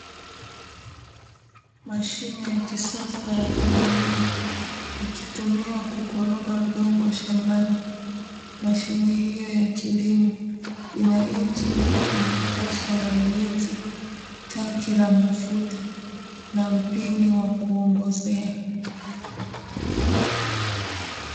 Mashine ya kisasa ya kulimia ikitumiwa kukoroga udongo shambani, mashine hiyo ya kilimo ina injini yenye kasha la ulinzi, tanki la mafuta na mpini wa kuongozea.